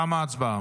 תמה ההצבעה.